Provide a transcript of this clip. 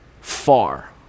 far